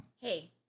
Hey